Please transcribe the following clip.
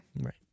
Right